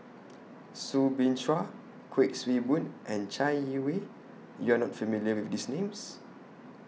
Soo Bin Chua Kuik Swee Boon and Chai Yee Wei YOU Are not familiar with These Names